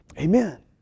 Amen